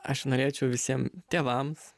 aš norėčiau visiem tėvams